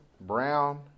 Brown